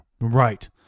Right